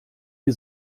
die